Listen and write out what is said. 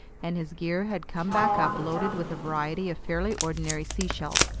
and his gear had come back up loaded with a variety of fairly ordinary seashells,